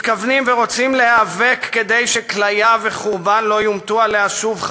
מתכוונים ורוצים להיאבק כדי שכליה וחורבן לא יומטו עליה שוב,